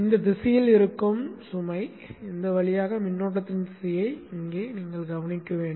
இந்த திசையில் இருக்கும் சுமை வழியாக மின்னோட்டத்தின் திசையை இங்கே கவனிக்கவும்